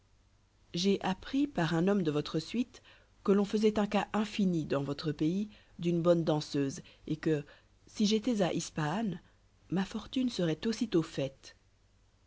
j'ai appris par un homme de votre suite que l'on faisoit un cas infini dans votre pays d'une bonne danseuse et que si j'étois à ispahan ma fortune seroit aussitôt faite